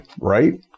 right